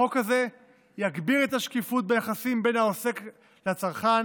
החוק הזה יגביר את השקיפות ביחסים בין העוסק לצרכן,